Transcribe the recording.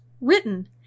written